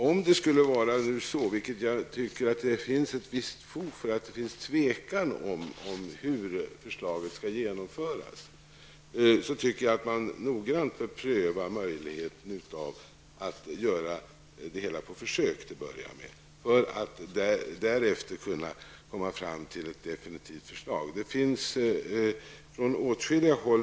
Om det finns tvekan om hur förslaget skall genomföras -- och för den misstanken tycker jag att det finns ett visst fog -- anser jag att man noggrant bör pröva möjligheten att genomföra förslaget på försök, för att så småningom komma fram till ett definitivt beslut. Den synpunkten har framförts på åtskilliga håll.